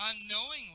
unknowingly